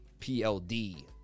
pld